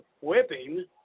whipping